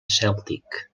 cèltic